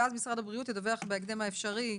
ואז משרד הבריאות ידווח בהקדם האפשרי,